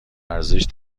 ارزش